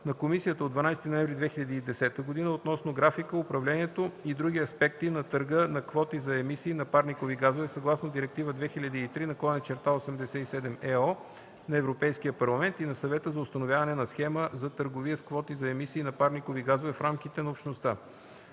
на Комисията от 12 ноември 2010 г. относно графика, управлението и други аспекти на търга на квоти за емисии на парникови газове съгласно Директива 2003/87/ЕО на Европейския парламент и на Съвета за установяване на схема за търговия с квоти за емисии на парникови газове в рамките на Общността;